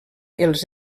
els